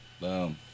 Boom